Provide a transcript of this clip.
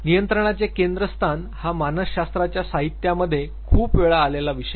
नियंत्रणाचे केंद्रस्थान हा मानसशास्त्राच्या साहित्यामध्ये खूप वेळा आलेला विषय आहे